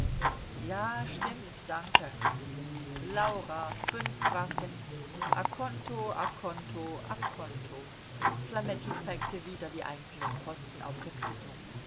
ja stimmt danke laura fünf franken a conto conto conto conto flametti zeigte wieder die einzelnen posten auf der quittung